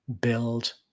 build